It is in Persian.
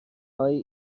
های